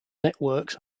networks